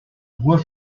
voie